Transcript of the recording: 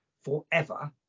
forever